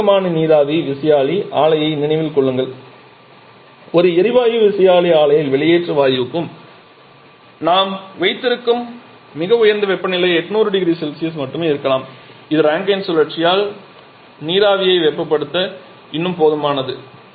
ஒரு வழக்கமான நீராவி விசையாழி ஆலையை நினைவில் கொள்ளுங்கள் ஒரு எரிவாயு விசையாழி ஆலையில் வெளியேற்ற வாயுவுக்கு நாம் வைத்திருக்கும் மிக உயர்ந்த வெப்பநிலை 800 0C மட்டுமே இருக்கலாம் இது ரேங்கைன் சுழற்சியில் நீராவியை வெப்பப்படுத்த இன்னும் போதுமானது